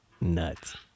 Nuts